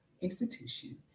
institution